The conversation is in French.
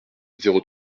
zéro